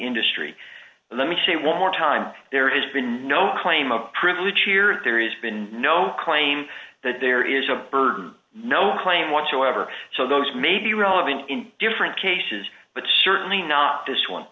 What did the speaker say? industry let me say one more time there has been no claim of privilege here there is been no claim that there is a burden no claim whatsoever so those may be relevant in different cases but certainly not this one